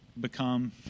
become